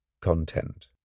content